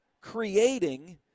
creating